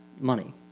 money